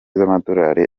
z’amadolari